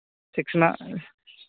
సిక్స్న